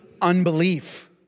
unbelief